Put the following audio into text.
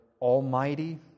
almighty